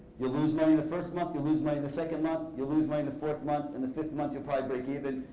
you lose money the first month, you lose money the second month, you lose money the fourth month, in the fifth month you'll probably break even.